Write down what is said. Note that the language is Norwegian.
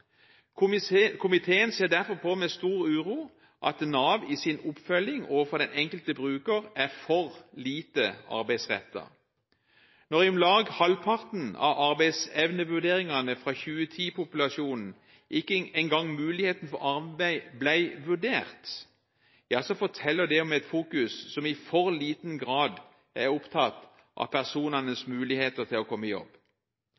vanskeligere. Komiteen ser derfor med stor uro på at Nav i sin oppfølging overfor den enkelte bruker er for lite arbeidsrettet. Når i om lag halvparten av arbeidsevnevurderingene fra 2010-populasjonen ikke engang muligheten for arbeid ble vurdert, forteller det om en fokusering som i for liten grad er opptatt av personenes muligheter til å komme i jobb.